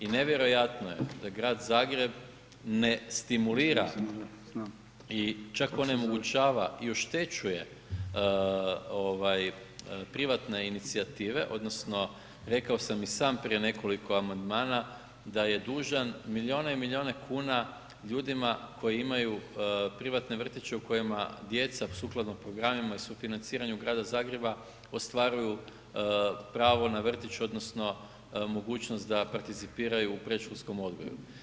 I nevjerojatno je da grad Zagreb ne stimulira i čak onemogućava i oštećuje privatne inicijative, odnosno rekao sam i sam prije nekoliko amandman da je dužan milijune i milijune kuna ljudima koji imaju privatne vrtiće u kojima djeca sukladno programima i sufinanciranju grada Zagreba ostvaruju pravo na vrtić odnosno mogućnost da participiraju u predškolskom odgoju.